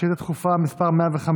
שאילתה דחופה מס' 105,